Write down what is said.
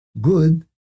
good